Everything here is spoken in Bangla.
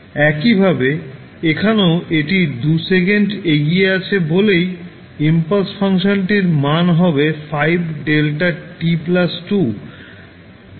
একইভাবে এখানেও এটি 2 সেকেন্ড এগিয়ে আছে বলেই ইমপালস ফাংশনটির মান হবে 5δt 2